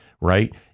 right